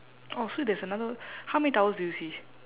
oh so there's another how many towels do you see